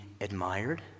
admired